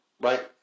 right